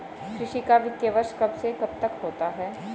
कृषि का वित्तीय वर्ष कब से कब तक होता है?